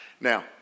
Now